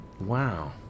wow